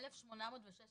1,816